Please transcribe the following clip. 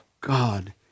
God